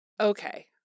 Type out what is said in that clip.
Okay